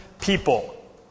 people